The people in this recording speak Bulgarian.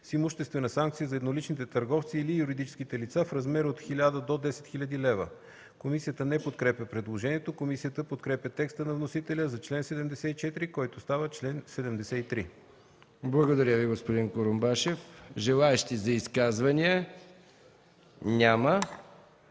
с имуществена санкция за едноличните търговци или юридическите лица, в размер от 1000 до 10 000 лв.” Комисията не подкрепя предложението. Комисията подкрепя текста на вносителя за чл. 74, който става чл. 73. ПРЕДСЕДАТЕЛ МИХАИЛ МИКОВ: Благодаря Ви, господин Курумбашев. Желаещи за изказвания няма.